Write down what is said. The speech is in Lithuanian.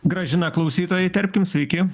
grąžina klausytoją įterpkim sveiki